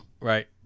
Right